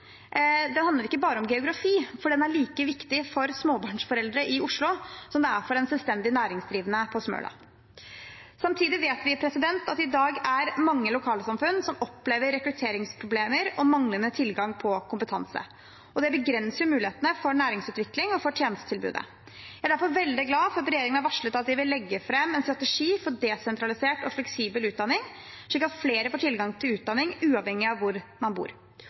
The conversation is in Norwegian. handler ikke bare om geografi, for den er like viktig for småbarnsforeldre i Oslo som for en selvstendig næringsdrivende på Smøla. Samtidig vet vi at i dag opplever mange lokalsamfunn rekrutteringsproblemer og manglende tilgang på kompetanse, og det begrenser mulighetene for næringsutvikling og tjenestetilbud. Vi er derfor veldig glad for at regjeringen har varslet at de vil legge fram en strategi for desentralisert og fleksibel utdanning, slik at flere får tilgang til utdanning uavhengig av hvor man bor.